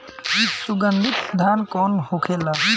सुगन्धित धान कौन होखेला?